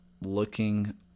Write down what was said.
looking